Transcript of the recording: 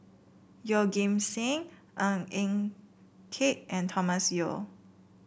Yeoh Ghim Seng Ng Eng Kee and Thomas Yeo